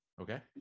Okay